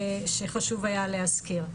שחשוב היה להזכיר.